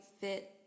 fit